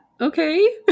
Okay